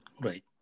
Right